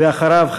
ואחריו,